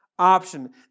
option